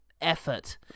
effort